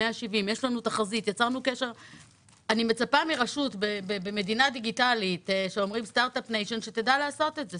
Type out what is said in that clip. אני מצפה מרשות במדינה דיגיטלית שתדע לעשות את זה.